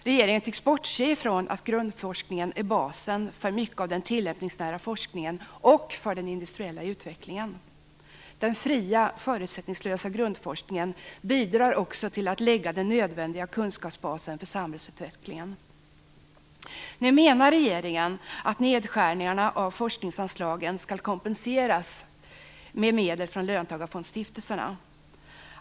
Regeringen tycks bortse från att grundforskningen är basen för mycket av den tillämpningsnära forskningen och för den industriella utvecklingen. Den fria, förutsättningslösa grundforskningen bidrar också till att lägga den nödvändiga kunskapsbasen för samhällsutvecklingen. Nu menar regeringen att nedskärningarna av forskningsanslagen skall kompenseras med medel från löntagarfondsstiftelserna.